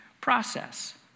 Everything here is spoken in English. process